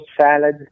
salad